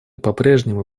попрежнему